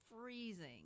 freezing